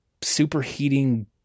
superheating